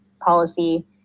policy